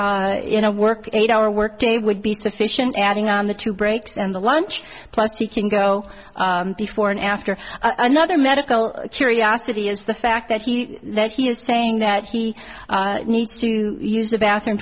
know work eight hour work day would be sufficient adding on the two breaks and a lunch plus he can go before and after another medical curiosity is the fact that he that he is saying that he needs to use the bathroom